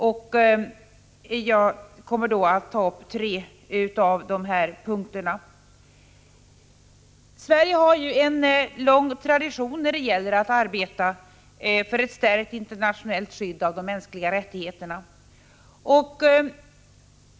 För min del kommer jag att ta upp tre punkter. Sverige har ju en lång tradition när det gäller att arbeta för en förstärkning av det internationella skyddet av de mänskliga rättigheterna.